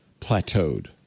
plateaued